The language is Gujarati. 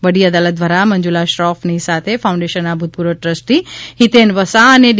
વડી અદાલત દ્વારા મંજુલા શ્રોફની સાથે ફાઉન્ડેશનના ભૂતપૂર્વ ટ્રસ્ટી હિતેન વસા અને ડી